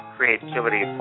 Creativity